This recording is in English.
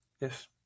Yes